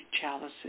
chalices